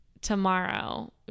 tomorrow